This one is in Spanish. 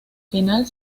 final